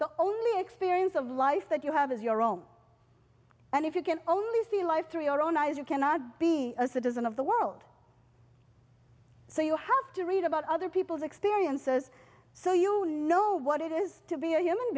only experience of life that you have is your own and if you can only see life through your own eyes you cannot be a citizen of the world so you have to read about other people's experiences so you know what it is to be a human